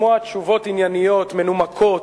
ולשמוע תשובות ענייניות מנומקות,